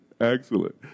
Excellent